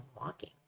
walking